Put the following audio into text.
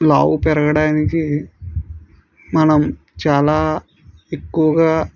లావు పెరగడానికి మనం చాలా ఎక్కువగా